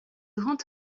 rend